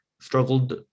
struggled